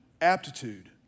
aptitude